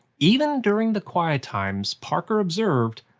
even during the quiet times, parker observed.